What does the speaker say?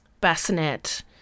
bassinet